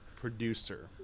producer